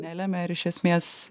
nelemia ir iš esmės